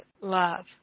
love